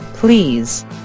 Please